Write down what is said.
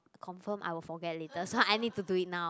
confirm I will forget later so I need to do it now